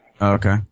Okay